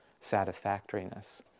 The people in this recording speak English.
satisfactoriness